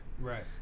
right